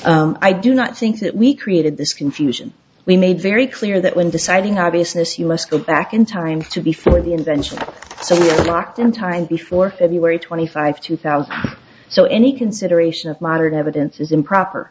conductivity i do not think that we created this confusion we made very clear that when deciding obviousness you must go back in time to before the invention so locked in time before february twenty five two thousand so any consideration of modern evidence is improper